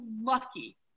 lucky